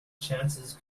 chances